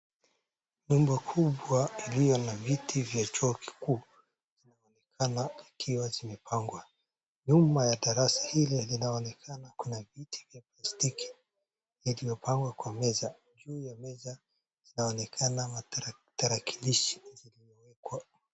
Nyumba kubwa iliyo na viti vya chuo kikuu zinaonekana zikiwa zimepangwa. Nyuma ya darasa hili linaonekana kuna viti vya plastiki ikiwa imepangwa kwa meza. Juu ya meza inaonekana matarakilishi zimewekwa.